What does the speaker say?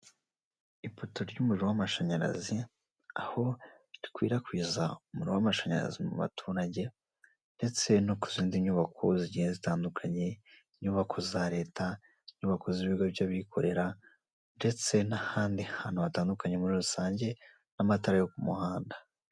Ipoto ry'umuriro w'amashanyarazi, aho rikwirakwiza umuriro w'amashanyarazi mu baturage ndetse no ku zindi nyubako zigiye zitandukanye, nk'inyubako za leta n'abakozi b'ibigo by'abikorera, ndetse n'ahandi hantu hatandukanye muri rusange, n'amatara yo ku muhanda.